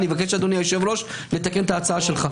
אני מבקש, אדוני היושב-ראש, לתקן את ההצעה שלך.